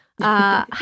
Hi